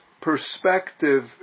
perspective